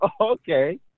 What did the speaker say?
okay